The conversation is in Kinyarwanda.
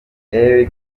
eric